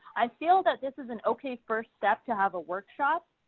i feel that this is an okay first step to have a workshop,